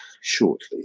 shortly